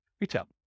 retail